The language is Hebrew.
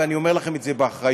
ואני אומר לכם את זה באחריות,